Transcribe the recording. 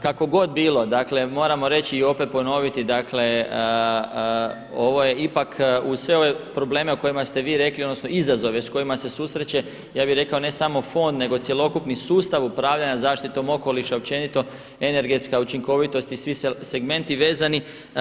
Kako god bilo, dakle moramo reći i opet ponoviti, dakle ovo je ipak uz sve ove probleme o kojima ste vi rekli odnosno izazove sa kojima se susreće, ja bih rekao ne samo fond, nego cjelokupni sustav upravljanja zaštitom okoliša općenito, energetska učinkovitost i svi segmenti vezani.